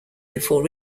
before